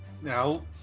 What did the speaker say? now